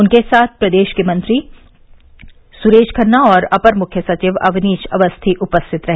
उनके साथ प्रदेश के मंत्री सुरेश खन्ना और अपर मुख्य सचिव अवनीश अवस्थी उपस्थित रहे